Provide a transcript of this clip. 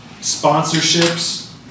sponsorships